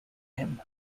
him